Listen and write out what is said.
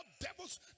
devils